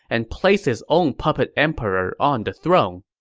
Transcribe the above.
and place his own puppet emperor on the throne.